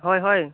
ᱦᱳᱭ ᱦᱳᱭ